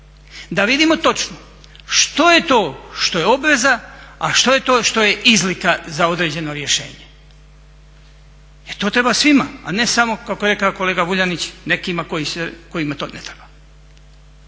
da vidimo točno što je to što je obveza, a što je to što je izlika za određeno rješenje jer to treba svima, a ne samo kako je rekao kolega Vuljanić nekima kojima to ne treba.